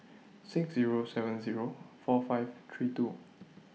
six Zero seven Zero four five three two